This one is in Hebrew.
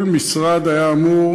כל משרד היה אמור,